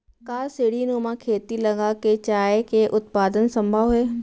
का सीढ़ीनुमा खेती लगा के चाय के उत्पादन सम्भव हे?